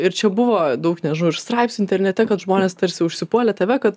ir čia buvo daug nežinau ir straipsnių internete kad žmonės tarsi užsipuolė tave kad